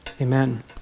amen